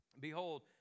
Behold